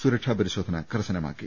സുരക്ഷാ പരി ശോധന കർശനമാക്കി